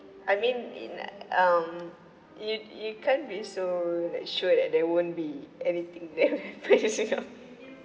I mean in um you you can't be so like sure that there won't be anything there